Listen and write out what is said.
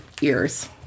ears